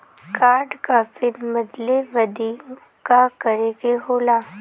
Card क PIN बदले बदी का करे के होला?